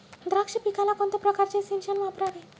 द्राक्ष पिकाला कोणत्या प्रकारचे सिंचन वापरावे?